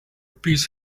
peace